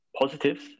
positives